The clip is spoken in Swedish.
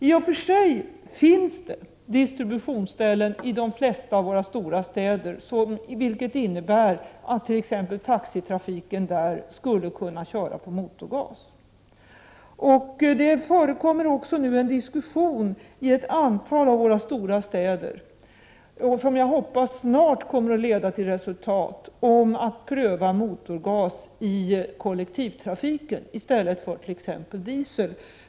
I och för sig finns det distributionsställen i de flesta av våra stora städer, vilket innebär att t.ex. taxitrafiken där skulle kunna drivas med motorgas. Det förekommer nu också en diskussion i ett antal av våra stora städer, som jag hoppas snart kommer att leda till resultat, om att pröva motorgas i kollektivtrafiken i stället för t.ex. diesel.